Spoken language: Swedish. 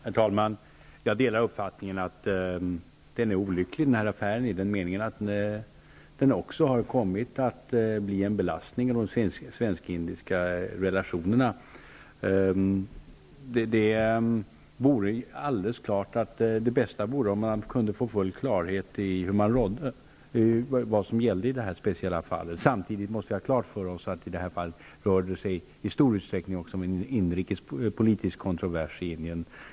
Herr talman! Jag delar uppfattningen att den här affären är olycklig i den meningen att den också har kommit att bli en belastning i de svensk-indiska relationerna. Det bästa vore naturligtvis om man kunde få full klarhet i vad som gällde i det här speciella fallet. Samtidigt måste vi ha klart för oss att det i stor utsträckning även rör sig om en inrikespolitisk kontrovers i Indien.